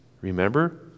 Remember